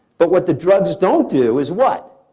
but what the drugs don't do is what?